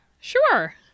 Sure